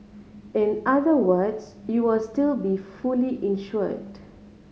in other words you will still be fully insured